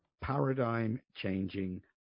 paradigm-changing